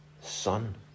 son